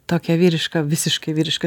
tokia vyriška visiškai vyriška